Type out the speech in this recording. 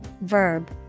Verb